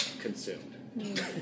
consumed